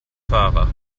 fahrer